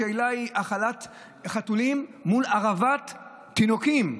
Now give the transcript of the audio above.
השאלה היא האכלת חתולים מול הרעבת תינוקות,